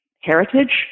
heritage